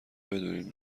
بدونین